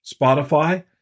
Spotify